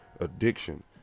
addiction